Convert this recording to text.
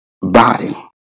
body